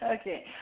Okay